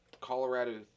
Colorado